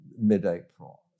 mid-April